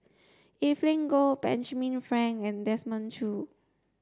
Evelyn Goh Benjamin Frank and Desmond Choo